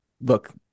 look